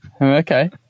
Okay